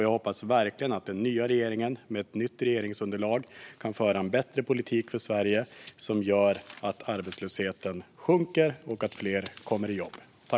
Jag hoppas verkligen att den nya regeringen, med ett nytt regeringsunderlag, kan föra en bättre politik för Sverige som gör att arbetslösheten sjunker och att fler kommer i jobb.